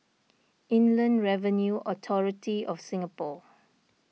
Inland Revenue Authority of Singapore